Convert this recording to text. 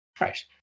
Right